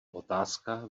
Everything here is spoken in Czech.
otázka